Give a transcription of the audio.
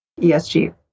ESG